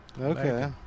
okay